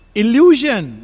illusion